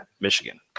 Michigan